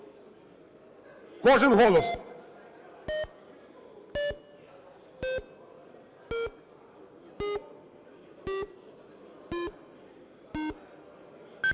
Кожен голос!